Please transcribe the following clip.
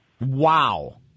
Wow